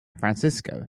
francisco